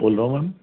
बोल रावण